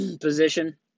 position